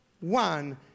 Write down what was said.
one